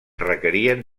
requerien